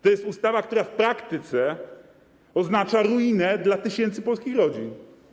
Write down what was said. To jest ustawa, która w praktyce oznacza ruinę dla tysięcy polskich rodzin.